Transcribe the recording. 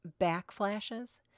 backflashes